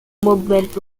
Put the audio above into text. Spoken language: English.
movement